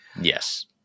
Yes